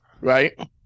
right